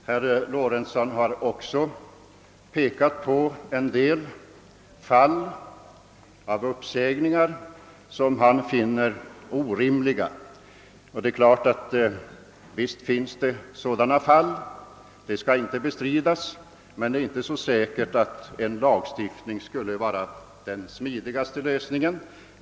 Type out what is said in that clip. Herr Lorentzon nämnde också exempel på uppsägningar som han fann orimliga. Visst finns det sådana fall, det skall inte bestridas, men det är inte säkert att en lagstiftning skulle vara den smidigaste lösningen.